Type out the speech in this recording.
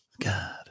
God